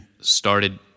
started